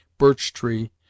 birch-tree